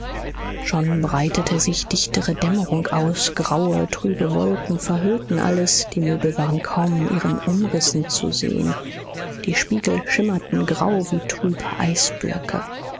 schon breitete sich dichtere dämmerung aus graue trübe wolken verhüllten alles die möbel waren kaum in ihren umrissen zu sehn die spiegel schimmerten grau wie trübe eisblöcke